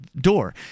door